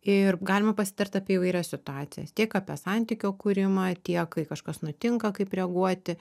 ir galima pasitart apie įvairias situacijas tiek apie santykio kūrimą tiek kai kažkas nutinka kaip reaguoti